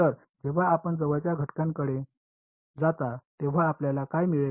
तर जेव्हा आपण जवळच्या घटकांकडे जाता तेव्हा आपल्याला काय मिळेल